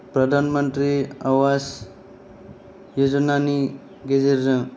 प्रधान मन्त्रि आवास योजनानि गेजेरजों